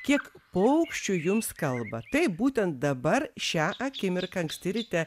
kiek paukščių jums kalba taip būtent dabar šią akimirką anksti ryte